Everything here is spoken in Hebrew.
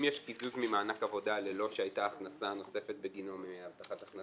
יש קיזוז ממענק עבודה ללא שהיתה הכנסה נוספת בגינו מהבטחת הכנסה?